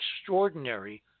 extraordinary